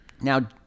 Now